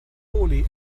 poorly